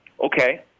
Okay